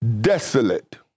desolate